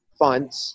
funds